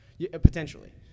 potentially